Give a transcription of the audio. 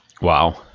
Wow